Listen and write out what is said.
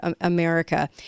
america